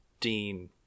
Dean